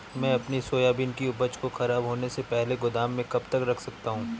मैं अपनी सोयाबीन की उपज को ख़राब होने से पहले गोदाम में कब तक रख सकता हूँ?